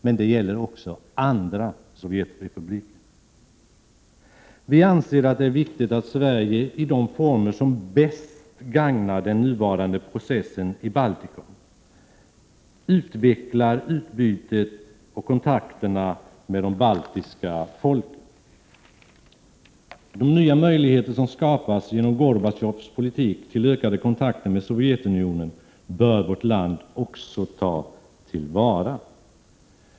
Men det gäller också andra sovjetrepubliker. Vi anser att det är viktigt att Sverige i de former som bäst gagnar den nuvarande processen i Baltikum utvecklar utbytet och kontakterna med de baltiska folken. De nya möjligheter till ökade kontakter med Sovjetunionen som skapas genom Gorbatjovs politik bör vårt land också ta till vara.